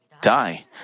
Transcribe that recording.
die